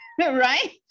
Right